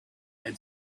had